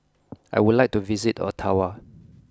I would like to visit Ottawa